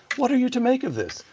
what are you to make of this?